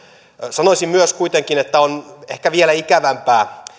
sanoisin myös kuitenkin että on ehkä vielä ikävämpää